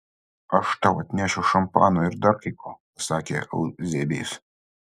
aš tau atnešiu šampano ir dar kai ko pasakė euzebijus